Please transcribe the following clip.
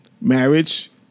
marriage